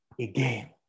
again